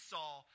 Saul